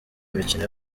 mikino